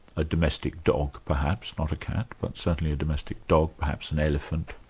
a domestic dog perhaps, not a cat, but certainly a domestic dog, perhaps an elephant,